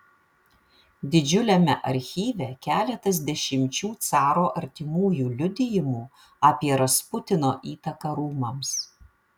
didžiuliame archyve keletas dešimčių caro artimųjų liudijimų apie rasputino įtaką rūmams